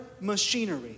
machinery